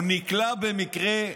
הוא נקלע במקרה,